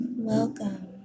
Welcome